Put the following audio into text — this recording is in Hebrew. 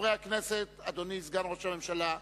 חברי הכנסת, אדוני סגן ראש הממשלה,